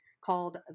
called